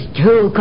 two